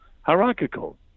hierarchical